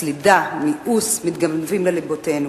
סלידה ומיאוס מתגנבים לליבותינו,